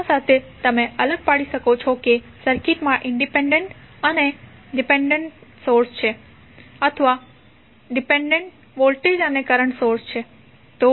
તો આ સાથે તમે અલગ પાડી શકો છો કે સર્કિટમાં ઇંડિપેંડેન્ટ વોલ્ટેજ અને કરંટ સોર્સ છે અથવા ડિપેન્ડેન્ટ વોલ્ટેજ અને કરંટ સોર્સ છે